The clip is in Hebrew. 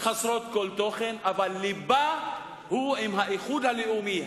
חסרות כל תוכן, אבל לבה הוא עם האיחוד הלאומי.